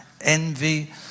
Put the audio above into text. envy